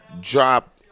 drop –